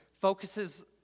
focuses